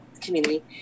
community